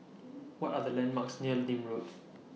What Are The landmarks near Nim Road